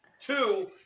Two